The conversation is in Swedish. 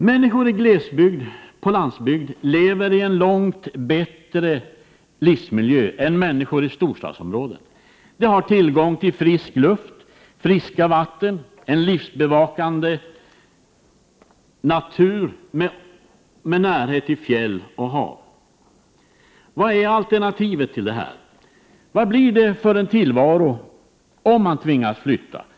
Människor i glesbygd och på landsbygd lever i en långt bättre livsmiljö än människor i storstadsområden. De har tillgång till frisk luft, friska vatten och en livsbejakande natur, med närhet till fjäll och hav. Vad är alternativet till detta? Vad blir det för en tillvaro om de tvingas flytta?